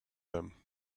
them